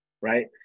right